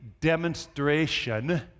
demonstration